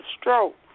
stroke